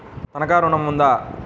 తనఖా ఋణం ఉందా?